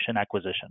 acquisition